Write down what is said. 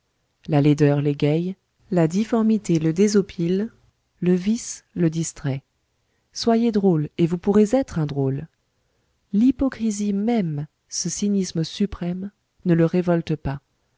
la laideur l'égaye la difformité le désopile le vice le distrait soyez drôle et vous pourrez être un drôle l'hypocrisie même ce cynisme suprême ne le révolte pas